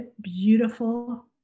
beautiful